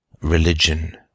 religion